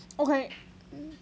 okay